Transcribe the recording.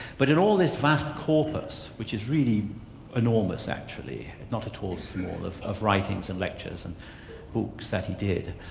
but in all this vast corpus, which is really enormous actually, not at all small, of of writings and lectures and books that he did,